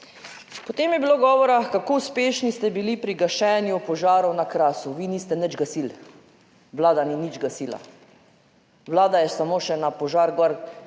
Potem je bilo govora kako uspešni ste bili pri gašenju požarov na Krasu. Vi niste nič gasili, Vlada ni nič gasila. Vlada je samo še na požar gor,